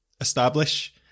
establish